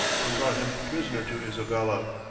and brought him prisoner to isabella.